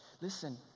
Listen